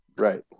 Right